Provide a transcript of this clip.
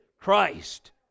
Christ